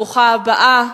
ברוכה הבאה.